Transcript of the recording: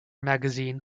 magazine